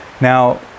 Now